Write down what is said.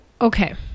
okay